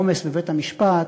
העומס בבית-המשפט,